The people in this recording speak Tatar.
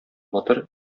батыр